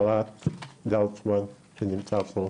מרט גרצמן, שנמצא פה,